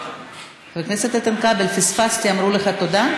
חבר הכנסת איתן כבל, פספסתי, אמרו לך תודה?